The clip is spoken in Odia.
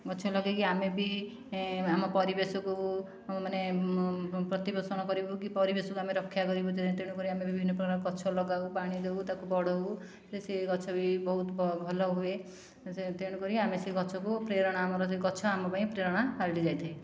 ଗଛ ଲଗାଇକି ଆମେ ବି ଆମ ପରିବେଶକୁ ମାନେ ପ୍ରତି ପୋଷଣ କରିବୁ କି ପରିବେଶକୁ ଆମେ ରକ୍ଷା କରିବୁ ଯେ ତେଣୁକରି ଆମେ ବି ବିଭିନ୍ନ ପ୍ରକାର ଗଛ ଲଗାଉ ପାଣି ଦେଉ ତାକୁ ବଢ଼ାଉ ଯେ ସେ ଗଛ ବି ବହୁତ ଭଲ ହୁଏ ସେ ତେଣୁକରି ଆମେ ସେ ଗଛକୁ ପ୍ରେରଣା ଆମର ଯେ ଗଛ ଆମ ପାଇଁ ପ୍ରେରଣା ପାଲଟି ଯାଇଥାଏ